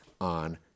on